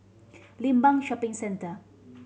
Limbang Shopping Centre